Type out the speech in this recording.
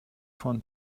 von